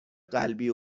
قلبی